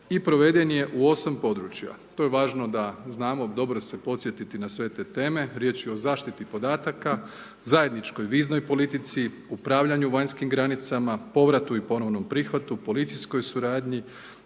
i proveden je u 8 područja, to je važno da znamo, dobro se podsjetiti na sve te teme riječ je o zaštiti podatak, zajedničkoj viznoj politici, upravljanju vanjskim granicama, povratu i ponovnom prihvatu, policijskoj suradnji,